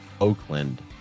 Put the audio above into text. oakland